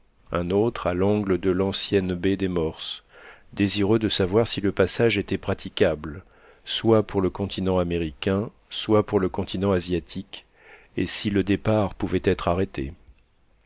un autre à l'angle de l'ancienne baie des morses désireux de savoir si le passage était praticable soit pour le continent américain soit pour le continent asiatique et si le départ pouvait être arrêté